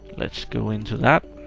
let's go into that.